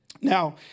Now